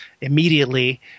immediately